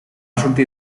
sortir